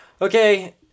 Okay